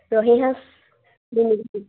ৰহী সাঁজ